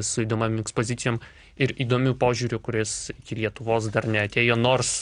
su įdomiom ekspozicijom ir įdomiu požiūriu kuris iki lietuvos dar neatėjo nors